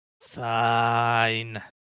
Fine